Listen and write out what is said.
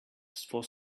for